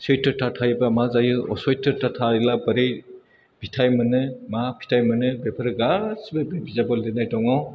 सैथ'था थायोबा मा जायो असैत्तथा थायोला बोरै फिथाइ मोनो मा फिथाइ मोनो बेफोरो गासिबो बे बिजाबाव लिरनाय दङ